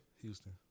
Houston